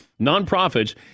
nonprofits